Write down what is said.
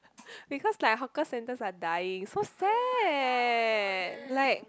because like hawker centres are dying so sad like